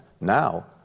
now